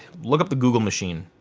look up the google machine.